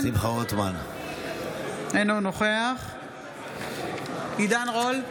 אינו נוכח עידן רול,